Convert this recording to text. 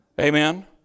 Amen